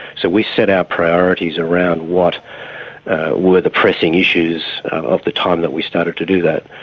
so we set our priorities around what were the pressing issues of the time that we started to do that.